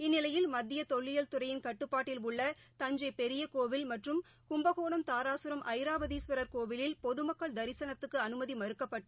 இந்நிலையில் மத்தியதொல்லியல் துறையின் கட்டுப்பாட்டில் உள்ள தஞ்சைபெரியகோவில் மற்றும் கும்பகோணம் தாராகரம் ஐராவதீஸ்வரர் கோவிலில் பொதுமக்கள் திசனத்துக்குஅனுமதிமறுக்கப்பட்டு